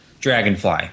Dragonfly